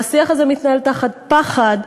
והשיח הזה מתנהל תחת פחד,